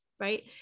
right